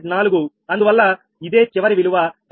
4 అందువల్ల ఇదే చివరి విలువ 73